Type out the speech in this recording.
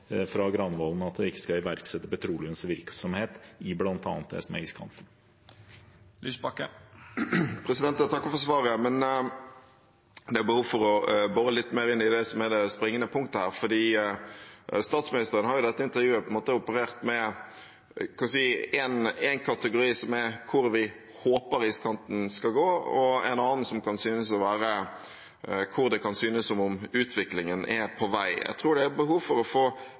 Jeg takker for svaret, men det er behov for å bore litt mer i det som er det springende punktet her, for statsministeren har i dette intervjuet på en måte operert med en kategori som er: hvor vi håper iskanten skal gå, og en annen som kan synes å være: hvor det kan synes som om utviklingen er på vei. Jeg tror det er behov for å få